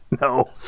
No